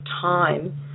time